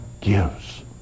gives